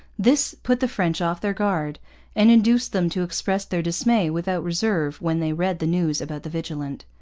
this put the french off their guard and induced them to express their dismay without reserve when they read the news about the vigilant.